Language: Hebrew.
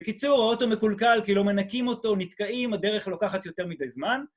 בקיצור, האוטו מקולקל, כי לא מנקים אותו, נתקעים, הדרך לוקחת יותר מדי זמן.